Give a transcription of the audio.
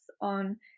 on